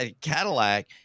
Cadillac